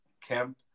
Kemp